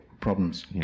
problems